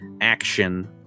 action